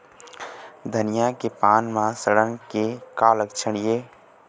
धनिया के पान म सड़न के का लक्षण ये?